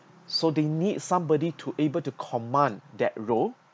so they need somebody to able to command that role